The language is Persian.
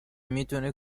میتونه